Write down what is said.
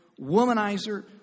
womanizer